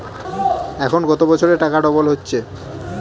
এখন কত বছরে টাকা ডবল হচ্ছে?